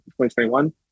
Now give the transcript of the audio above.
2021